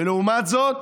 ולעומת זאת